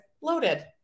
loaded